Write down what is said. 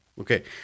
Okay